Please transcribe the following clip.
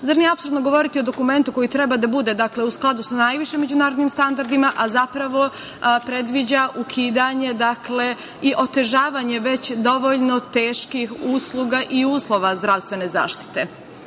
Zar nije apsurdno govoriti o dokumentu koji treba da bude u skladu sa najvišim međunarodnim standardima, a zapravo, predviđa ukidanje i otežavanje već dovoljno teških usluga i uslova zdravstvene zaštite. Opština